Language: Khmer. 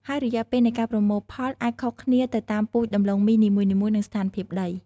ហើយរយៈពេលនៃការប្រមូលផលអាចខុសគ្នាទៅតាមពូជដំឡូងមីនីមួយៗ និងស្ថានភាពដី។